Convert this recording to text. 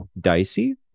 dicey